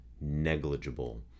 negligible